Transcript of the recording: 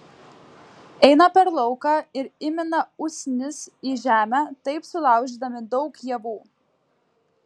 eina per lauką ir įmina usnis į žemę taip sulaužydami daug javų